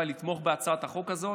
בהצעת החוק הזאת.